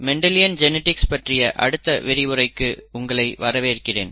Mendelian genetics பற்றிய அடுத்த வகுப்பிற்கு உங்களை வரவேற்கிறேன்